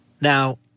Now